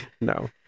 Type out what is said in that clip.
no